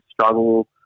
struggle